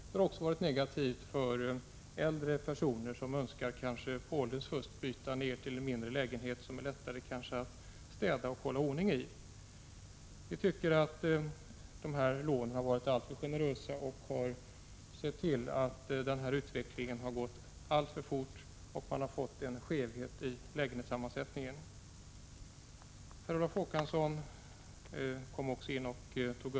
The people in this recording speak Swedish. Det har också varit negativt för äldre personer som kanske önskat byta till mindre lägenheter, vilka är lättare att städa och hålla ordning i. Vi tycker att lånen har varit alltför generösa. Lånen har lett till att utvecklingen har gått för fort, och en skevhet i lägenhetssammansättningen har uppstått. Per Olof Håkansson tog också upp ROT-lånens ramar.